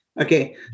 Okay